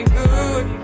good